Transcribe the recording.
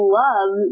love